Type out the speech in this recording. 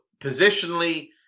Positionally